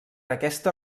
aquesta